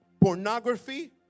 pornography